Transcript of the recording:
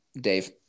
Dave